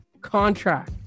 contract